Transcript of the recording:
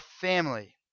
family